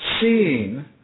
seeing